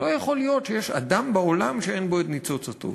לא יכול להיות שיש אדם בעולם שאין בו את ניצוץ הטוב,